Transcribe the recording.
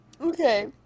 Okay